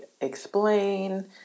explain